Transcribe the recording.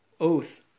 oath